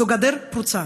זו גדר פרוצה.